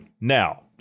Now